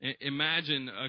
Imagine